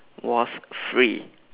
was free